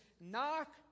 knock